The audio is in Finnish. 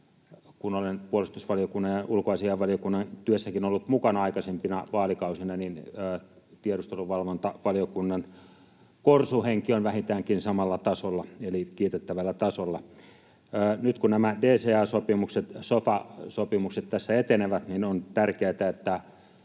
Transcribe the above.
kun olen puolustusvaliokunnan ja ulkoasiainvaliokunnan työssäkin ollut mukana aikaisempina vaalikausina, niin tiedusteluvalvontavaliokunnan korsuhenki on vähintäänkin samalla tasolla eli kiitettävällä tasolla. Nyt kun nämä DCA-sopimukset ja sofa-sopimukset tässä etenevät, niin on tärkeätä, että